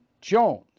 Jones